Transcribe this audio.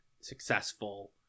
successful